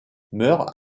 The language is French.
meurt